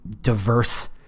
diverse